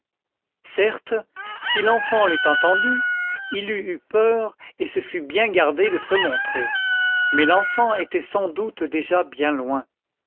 certes si l'enfant l'eût entendu il eût eu peur et se fût bien gardé de se montrer mais l'enfant était sans doute déjà bien loin